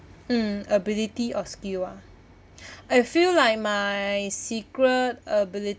mm ability or skill ah I feel like my secret ability